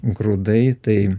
grūdai tai